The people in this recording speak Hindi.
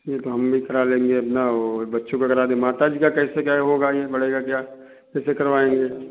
तो हम भी करा लेंगे अपना और बच्चों का करा दें और माता जी का कैसे क्या होगा ये बढ़ेगा क्या कैसे करवाएंगे